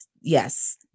Yes